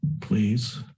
please